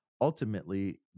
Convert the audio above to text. Ultimately